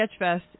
Sketchfest